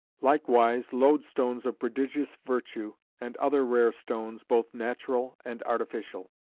likewise loadstones of prodigious virtue and other rare stones, both natural and artificial.